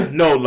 no